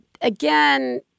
again